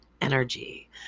energy